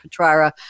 Petrara